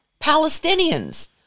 Palestinians